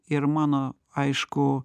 ir mano aišku